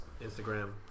Instagram